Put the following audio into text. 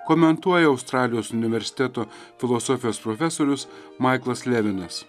komentuoja australijos universiteto filosofijos profesorius maiklas levinas